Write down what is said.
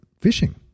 fishing